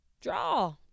Draw